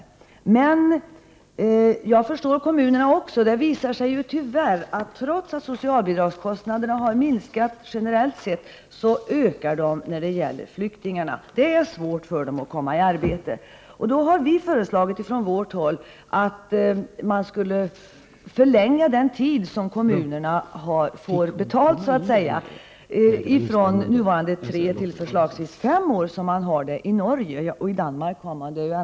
Jag kan emellertid förstå kommunerna och deras problem. Det visar sig ju att socialbidragskostnaderna för flyktingar ökar, trots att socialbidragskostnaderna generellt sett har minskat. Det är svårt för flyktingarna att komma i arbete. Vi från moderat håll har föreslagit att man skall förlänga den tid som Prot. 1988/89:60 kommunerna får betalt för flyktingarna, från nuvarande tre till förslagsvis 2 februari 1989 fem år, som man har t.ex. i Norge. I Danmark har kommunerna det i sex år.